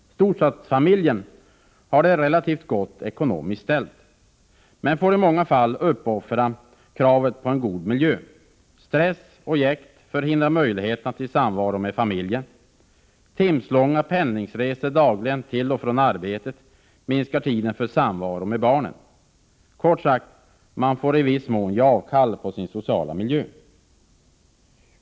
Storstadsfamiljen har det relativt gott ekonomiskt ställt, men får i många fall uppoffra kravet på en god miljö. Stress och jäkt förhindrar möjligheter till samvaron med familjen. Timslånga pendlingsresor dagligen till och från arbetet minskar tiden för samvaro med barnen. Kort sagt — man får i viss mån ge avkall på sin sociala miljö.